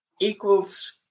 equals